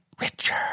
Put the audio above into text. Richer